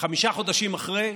חמישה חודשים אחרי,